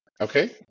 Okay